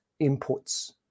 inputs